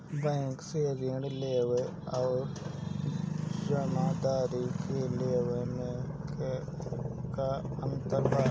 Bank से ऋण लेवे अउर जमींदार से लेवे मे का अंतर बा?